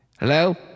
Hello